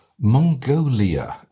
Mongolia